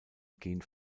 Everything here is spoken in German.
gehen